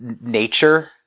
nature